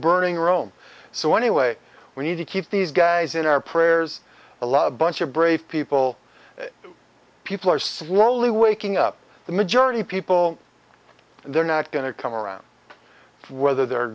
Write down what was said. burning rome so anyway we need to keep these guys in our prayers a love bunch of brave people people are slowly waking up the majority of people they're not going to come around whether they're